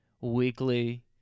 weekly